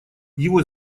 его